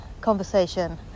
conversation